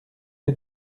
les